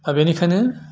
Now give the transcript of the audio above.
दा बेनिखायनो